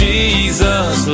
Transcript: Jesus